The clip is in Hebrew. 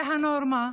זאת הנורמה.